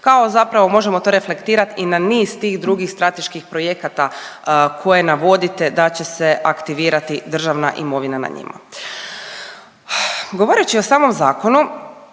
Kao zapravo možemo to reflektirat i na niz tih drugih strateških projekata koje navodite da će se aktivirati državna imovina na njima. Govoreći o samom zakonu